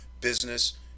business